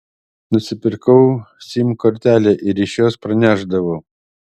nusipirkau sim kortelę ir iš jos pranešdavau